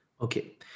okay